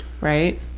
right